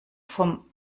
vom